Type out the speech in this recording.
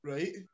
Right